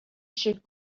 should